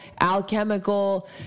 alchemical